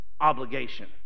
obligation